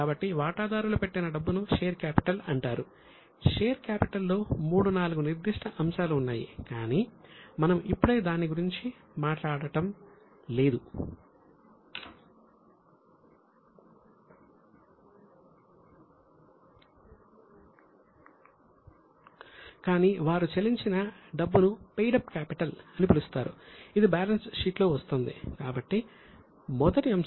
కాబట్టి మొదటి అంశం షేర్ కాపిటల్ అవుతుంది దానిని అంశం 'a' గా చూడవచ్చు